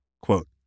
Quote